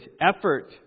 effort